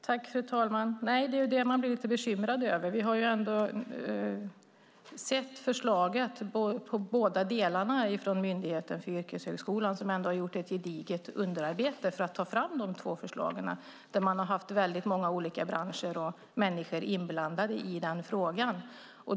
Fru talman! Det är det man blir lite bekymrad över. Vi har ändå sett förslag på båda delarna från Myndigheten för yrkeshögskolan, som har gjort ett gediget underarbete för att ta fram de två förslagen. Man har haft väldigt många olika branscher och människor inblandade i den frågan.